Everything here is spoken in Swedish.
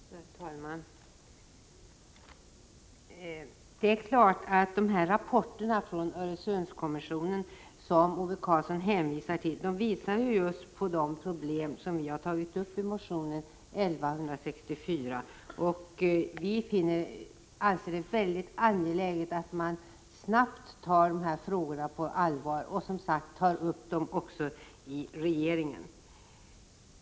Herr talman! Det är klart att de rapporter från Öresundskommissionen som Ove Karlsson hänvisar till visar just på de problem som vi har behandlat i motionen 1164. Vi anser det väldigt angeläget att man tar dessa frågor på allvar och snabbt handlägger dem också i regeringen.